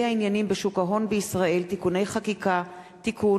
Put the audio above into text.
העניינים בשוק ההון בישראל (תיקוני חקיקה) (תיקון),